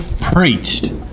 preached